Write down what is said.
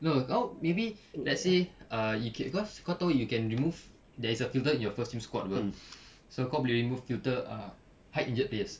no kau maybe let's say uh okay cause kau tahu you can remove there is a filter in your first few squad [pe] so kau boleh remove filter ah hide injured players